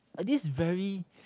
this very